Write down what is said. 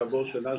כעבור שנה,